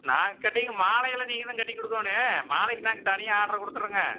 நாங்கள் கட்டிக்க மாலையெல்லாம் நீங்கள் தான் கட்டி கொடுக்கோணும் மாலைக்கு நாங்கள் தனியாக ஆட்ரு கொடுத்துர்றோங்க